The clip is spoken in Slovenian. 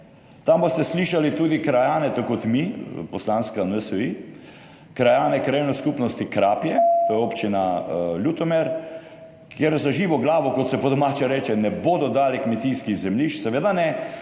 tam boste slišali tudi krajane, tako kot mi, poslanska NSi, krajane krajevne skupnosti Krapje, to je občina Ljutomer, kjer za živo glavo, kot se po domače reče, ne bodo dali kmetijskih zemljišč, seveda ne,